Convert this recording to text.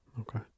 Okay